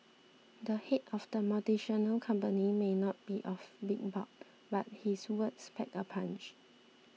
the head of the multinational company may not be of big bulk but his words pack a punch